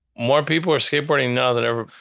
more people are skateboarding now than ever.